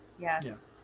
Yes